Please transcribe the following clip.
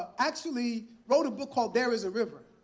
actually wrote a book called there is a river,